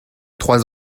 trois